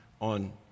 on